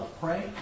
pray